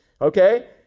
okay